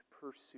pursue